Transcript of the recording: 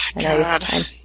God